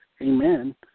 Amen